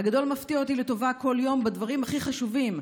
הגדול מפתיע אותי לטובה כל יום בדברים הכי חשובים.